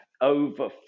over